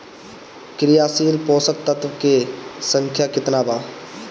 क्रियाशील पोषक तत्व के संख्या कितना बा?